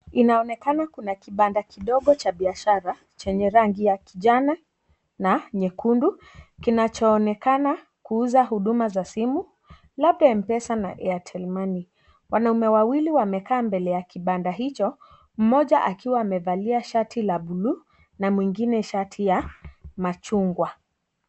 Inaonekana kuna kibanda kidogo cha biashara chenye rangi ya kijani na nyekundu, kinachoonekana kuuza huduma za simu, labda Mpesa na Airtel Money. Wanaume wawili wamekaa mbele ya kibanda hicho, mmoja akiwa amevalia shati la bluu na mwingine shati ya machungwa.